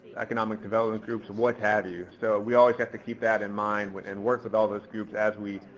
economic development groups, what have you. so we always have to keep that in mind when, and work with all those groups as we,